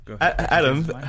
Adam